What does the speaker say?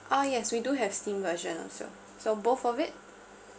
ah yes we do have steam version also so both of it